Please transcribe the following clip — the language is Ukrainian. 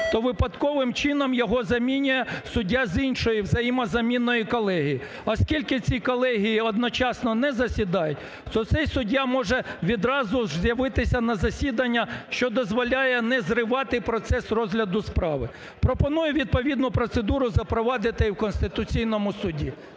то випадковим чином його замінює суддя з іншої взаємозамінної колегії. Оскільки ці колегії одночасно не засідають, то цей суддя може відразу ж з'явитися на засідання, що дозволяє не зривати процес розгляду справи. Пропоную відповідну процедуру запровадити в Конституційному Суді.